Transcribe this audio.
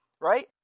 right